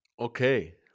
Okay